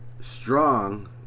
strong